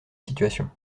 situation